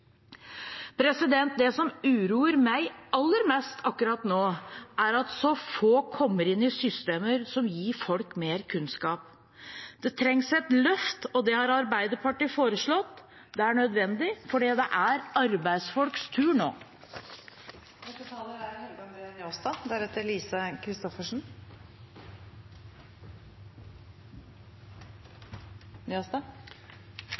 Det som uroer meg aller mest akkurat nå, er at så få kommer inn i systemer som gir folk mer kunnskap. Det trengs et løft, og det har Arbeiderpartiet foreslått. Det er nødvendig fordi det er arbeidsfolks tur